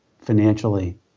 financially